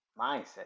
mindset